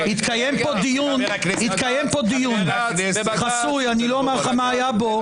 התקיים פה דיון חסוי -- חבר הכנסת ----- אני לא אומר לך מה היה בו.